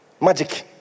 magic